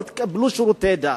לא תקבלו שירותי דת.